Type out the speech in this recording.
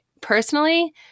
personally